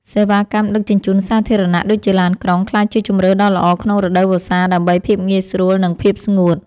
សេវាកម្មដឹកជញ្ជូនសាធារណៈដូចជាឡានក្រុងក្លាយជាជម្រើសដ៏ល្អក្នុងរដូវវស្សាដើម្បីភាពងាយស្រួលនិងភាពស្ងួត។